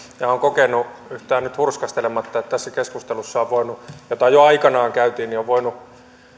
ja olen kokenut yhtään nyt hurskastelematta että tässä keskustelussa jota jo aikanaan käytiin on voinut